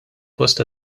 post